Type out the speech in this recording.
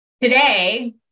Today